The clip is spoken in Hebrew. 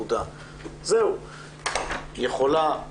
היא יכולה, מתאימה,